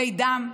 כלי דם,